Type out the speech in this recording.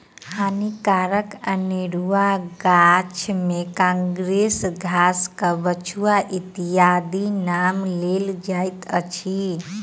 हानिकारक अनेरुआ गाछ मे काँग्रेस घास, कबछुआ इत्यादिक नाम लेल जाइत अछि